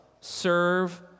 serve